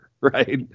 right